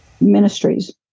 ministries